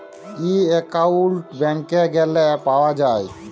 ই account ব্যাংকে গ্যালে পাউয়া যায়